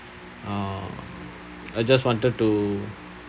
uh I just wanted to